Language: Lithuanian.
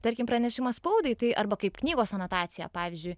tarkim pranešimas spaudai tai arba kaip knygos anotacija pavyzdžiui